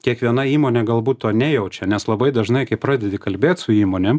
kiekviena įmonė galbūt to nejaučia nes labai dažnai kai pradedi kalbėt su įmonėm